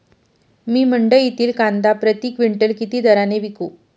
मी मंडईतील कांदा प्रति क्विंटल किती दराने विकू?